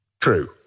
true